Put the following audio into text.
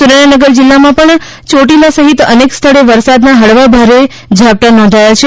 સુરેન્દ્રનગર જિલ્લામાં પણ ચોટીલા સહિત અનેક સ્થળે વરસાદના હળવા ભારે ઝાપટાં નોંધાયા છે